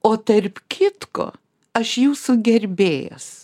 o tarp kitko aš jūsų gerbėjas